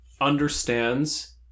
understands